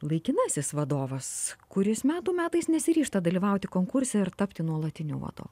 laikinasis vadovas kuris metų metais nesiryžta dalyvauti konkurse ir tapti nuolatiniu vadovu